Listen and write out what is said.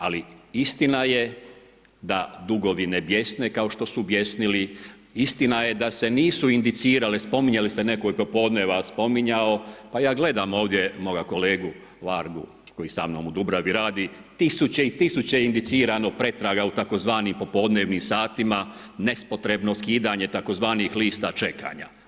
Ali istina je da dugovi ne bijesne kao što su bijesnili, istina je da se nisu indicirale, spominjali ste netko je popodneva spominjao, pa ja gledam ovdje moga kolegu Vargu koji sa mnom u Dubravi radi, tisuće i tisuće indicirano pretraga u tzv. popodnevnim satima nepotrebno skidanje sa tzv. lista čekanja.